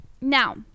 Now